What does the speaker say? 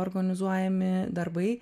organizuojami darbai